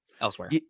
elsewhere